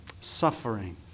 suffering